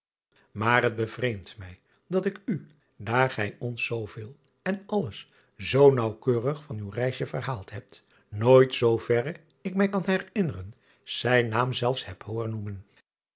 aar het bevreemdt mij dat ik u daar gij ons zooveel en alles zoo naauwkeurig van uw reisje verhaald hebt nooit zooverre ik mij kan herinneren zijn naam zelfs heb hooren noemen